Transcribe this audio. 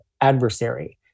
adversary